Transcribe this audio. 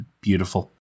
Beautiful